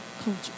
culture